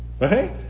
Right